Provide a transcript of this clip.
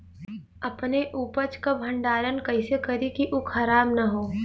अपने उपज क भंडारन कइसे करीं कि उ खराब न हो?